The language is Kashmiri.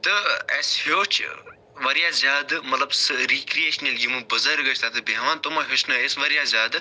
تہٕ اسہِ ہیٛوچھ واریاہ زیادٕ مطلب سۄ رِکرٛیشنَل یِم بُزرگ ٲسۍ تتیٚتھ بیٚہوان تِمو ہیٚچھنٲے أسۍ واریاہ زیادٕ